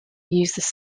used